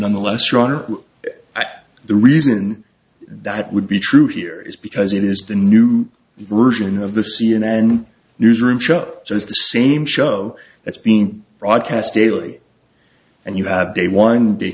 nonetheless or the reason that would be true here is because it is the new version of the c n n newsroom show just the same show that's being broadcast daily and you have day one day